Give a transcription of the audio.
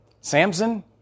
Samson